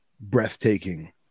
breathtaking